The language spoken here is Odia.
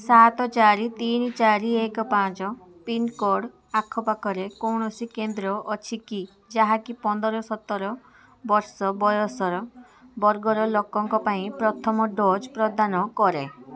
ସାତ ଚାରି ତିନି ଚାରି ଏକ ପାଞ୍ଚ ପିନ୍କୋଡ଼୍ ଆଖପାଖରେ କୌଣସି କେନ୍ଦ୍ର ଅଛି କି ଯାହାକି ପନ୍ଦର ସତର ବର୍ଷ ବୟସର ବର୍ଗର ଲୋକଙ୍କ ପାଇଁ ପ୍ରଥମ ଡ଼ୋଜ୍ ପ୍ରଦାନ କରେ